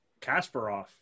Kasparov